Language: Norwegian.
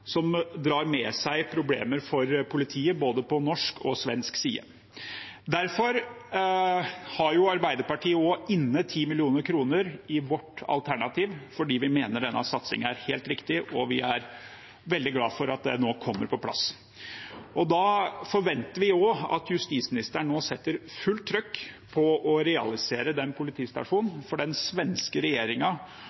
som drar med seg problemer for politiet på både norsk og svensk side. Derfor har også Arbeiderpartiet inne 10 mill. kr i vårt alternativ, for vi mener denne satsingen er helt riktig, og vi er veldig glad for at den nå kommer på plass. Da forventer vi også at justisministeren nå setter fullt trykk på å realisere den politistasjonen,